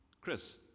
Chris